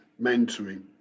mentoring